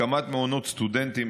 הקמת מעונות סטודנטים,